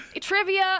trivia